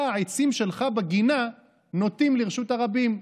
אתה, העצים שלך בגינה נוטים לרשות הרבים,